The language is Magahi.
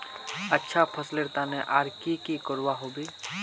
अच्छा फसलेर तने आर की की करवा होबे?